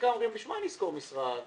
חלקם אומרים לשם מה לשכור משרד,